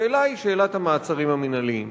השאלה היא שאלת המעצרים המינהליים.